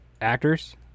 Actors